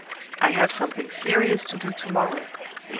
i have something serious to do to-morrow,